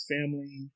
Family